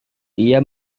dia